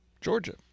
Georgia